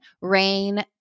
rain